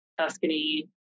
Tuscany